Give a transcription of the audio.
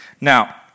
Now